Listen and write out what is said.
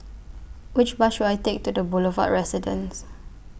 Which Bus should I Take to The Boulevard Residence